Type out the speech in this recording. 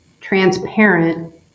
transparent